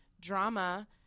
drama